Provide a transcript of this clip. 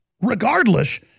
regardless